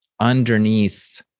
underneath